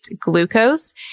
glucose